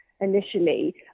initially